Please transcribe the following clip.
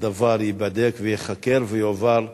הדבר ייבדק, ייחקר ויועבר למח"ש.